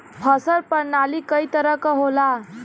फसल परनाली कई तरह क होला